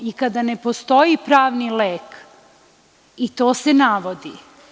I kada ne postoji pravni lek, i to se navodi.